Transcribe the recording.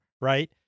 right